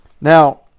Now